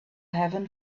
heaven